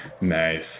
Nice